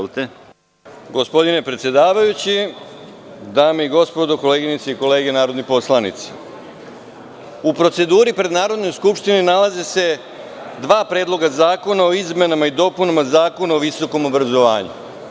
Gospodine predsedavajući, dame i gospodo, koleginice i kolege narodni poslanici, u proceduri pred Narodnom skupštinom nalaze se dva predloga zakona o izmenama i dopunama Zakona o visokom obrazovanju.